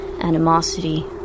animosity